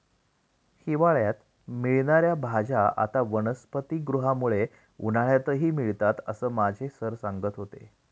हिवाळ्यात मिळणार्या भाज्या आता वनस्पतिगृहामुळे उन्हाळ्यातही मिळतात असं माझे सर सांगत होते